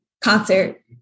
concert